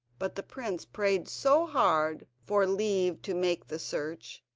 but the prince prayed so hard for leave to make the search,